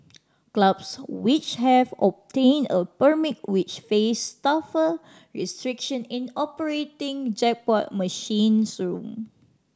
clubs which have obtained a permit which face tougher restriction in operating jackpot machines room